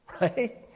right